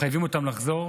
מחייבים אותם לחזור,